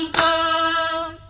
o